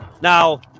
Now